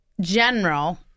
general